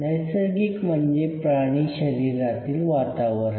नैसर्गिक म्हणजे प्राणी शरीरातील वातावरण